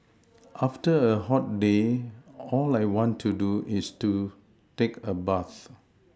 after a hot day all I want to do is take a bath